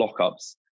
lockups